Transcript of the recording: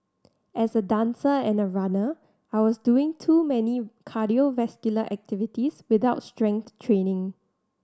as a dancer and a runner I was doing too many cardiovascular activities without strength training